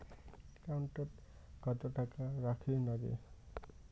একাউন্টত কত টাকা রাখীর নাগে?